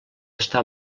estar